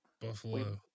Buffalo